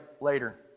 later